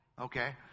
Okay